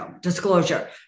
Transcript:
disclosure